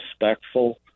respectful